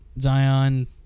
Zion